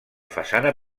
façana